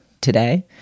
today